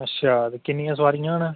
अच्छा किन्नियां सोआरियां न